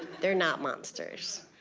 they're not monsters.